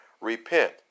repent